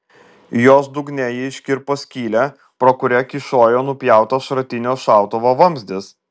jos dugne ji iškirpo skylę pro kurią kyšojo nupjautas šratinio šautuvo vamzdis